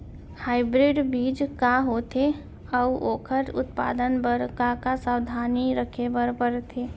Hybrid बीज का होथे अऊ ओखर उत्पादन बर का का सावधानी रखे बर परथे?